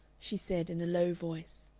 she said in a low voice.